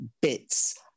bits